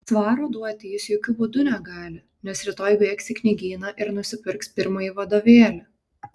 svaro duoti jis jokiu būdu negali nes rytoj bėgs į knygyną ir nusipirks pirmąjį vadovėlį